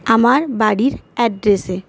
আমার বাড়ির অ্যাড্রেসে